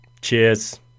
Cheers